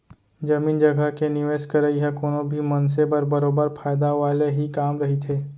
जमीन जघा के निवेस करई ह कोनो भी मनसे बर बरोबर फायदा वाले ही काम रहिथे